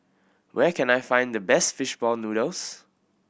where can I find the best fish ball noodles